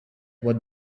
what